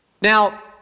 Now